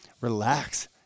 Relax